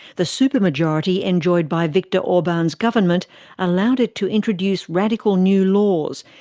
the supermajority enjoyed by victor orban's government allowed it to introduce radical new laws,